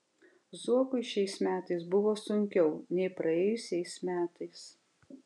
zuokui šiais metais buvo sunkiau nei praėjusiais metais